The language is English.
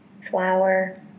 flour